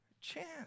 chance